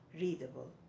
readable